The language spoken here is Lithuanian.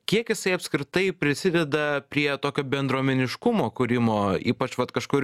kiek jisai apskritai prisideda prie tokio bendruomeniškumo kūrimo ypač vat kažkur